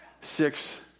six